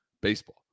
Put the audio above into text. baseball